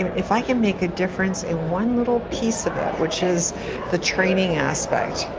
if i can make a difference in one little piece of it, which is the training aspect.